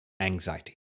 anxiety